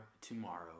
tomorrow